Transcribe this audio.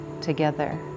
together